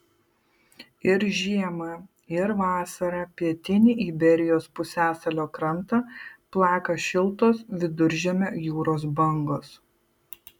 ir žiemą ir vasarą pietinį iberijos pusiasalio krantą plaka šiltos viduržemio jūros bangos